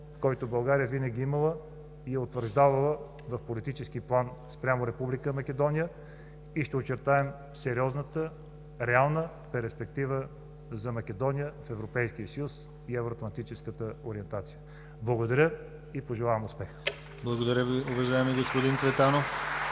който България винаги е имала и е утвърждавала в политически план спрямо Република Македония и ще очертаем сериозната реална перспектива за Македония в Европейския съюз и евроатлантическата ориентация. Благодаря и пожелавам успех! (Ръкопляскания от